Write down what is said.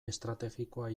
estrategikoa